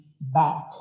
back